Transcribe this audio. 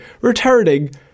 Returning